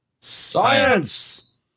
Science